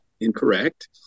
incorrect